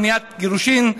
למניעת גירושין.